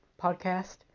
podcast